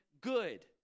good